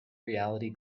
reality